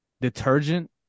detergent